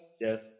yes